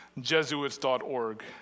jesuits.org